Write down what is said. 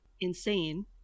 insane